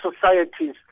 societies